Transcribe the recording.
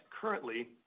currently